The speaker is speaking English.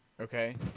Okay